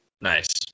Nice